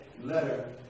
letter